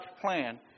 plan